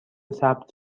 ثبت